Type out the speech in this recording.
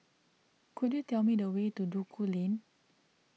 could you tell me the way to Duku Lane